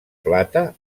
plata